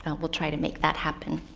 um we'll try to make that happen.